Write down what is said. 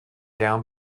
down